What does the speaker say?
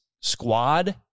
squad